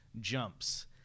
jumps